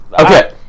Okay